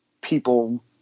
people